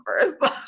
numbers